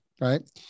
right